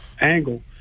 angle